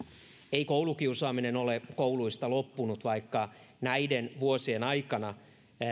ei koulukiusaaminen ole kouluista loppunut vaikka näiden vuosien aikana